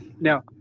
now